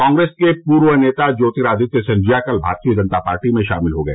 कांग्रेस के पूर्व नेता ज्योतिरादित्य सिंधिया कल भारतीय जनता पार्टी में शामिल हो गए